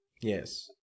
Yes